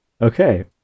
okay